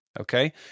okay